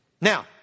Now